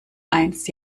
eins